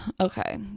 Okay